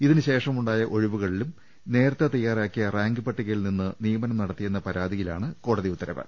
ഇതിനുശേഷമുണ്ടായ ഒഴിവുകളിലും നേരത്തെ തയ്യാറാക്കിയ റാങ്ക് പട്ടികയിൽ നിന്ന് നിയമനം നടത്തിയെന്ന പരാതിയിലാണ് കോടതി ഉത്ത രവ്